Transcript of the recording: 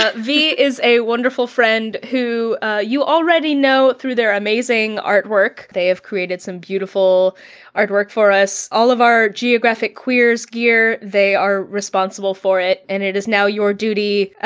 ah v is a wonderful friend who you already know through their amazing artwork. they have created some beautiful artwork for us. all of our geographic queers gear, they are responsible for it, and it is now your duty, ah